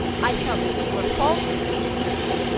i felt that you were false and deceitful.